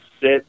sit